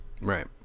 Right